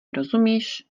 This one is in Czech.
rozumíš